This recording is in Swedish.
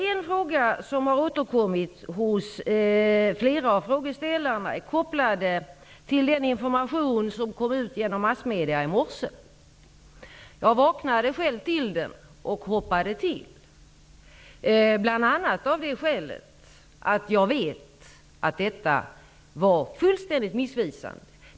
En fråga som har återkommit hos flera av frågeställarna är kopplad till den information som kom ut genom massmedia i morse. Jag vaknade själv till den och hoppade till, bl.a. av det skälet att det som sades var fullständigt missvisande.